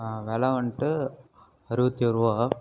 வெலை வந்துட்டு அறுபத்தி ஒருரூவா